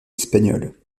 espagnole